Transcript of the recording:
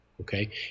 Okay